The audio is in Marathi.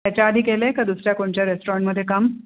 याच्या आधी केलं आहे का दुसऱ्या कोणच्या रेस्टॉरंटमध्ये काम